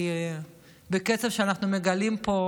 כי בקצב שאנחנו מגלים פה,